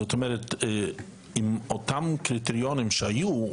זאת אומרת עם אותם קריטריונים שהיו,